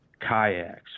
kayaks